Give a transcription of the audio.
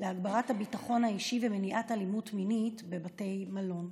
להגברת הביטחון האישי ומניעת אלימות מינית בבתי מלון.